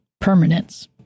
permanence